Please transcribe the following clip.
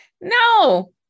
No